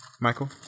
Michael